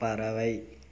பறவை